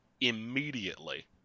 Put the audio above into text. immediately